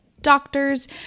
doctors